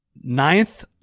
ninth